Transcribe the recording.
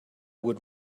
would